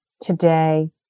today